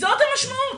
זאת המשמעות.